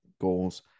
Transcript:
goals